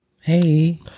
hey